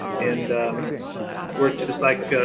and we're just like,